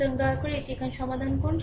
সুতরাং দয়া করে এটি এখানে সমাধান করুন